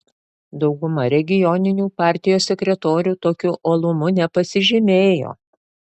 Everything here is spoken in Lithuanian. dauguma regioninių partijos sekretorių tokiu uolumu nepasižymėjo